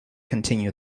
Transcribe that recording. continue